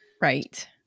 right